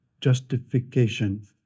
justification